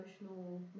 emotional